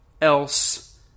else